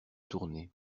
tourné